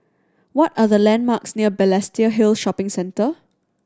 what are the landmarks near Balestier Hill Shopping Centre